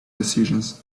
decisions